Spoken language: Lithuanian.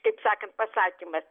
kaip sakant pasakymas